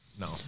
No